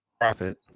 profit